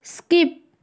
skip